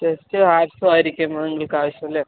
ചെസ്റ്റും ആക്സോ ആയിരിക്കും നിങ്ങൾക്ക് ആവശ്യം അല്ലേ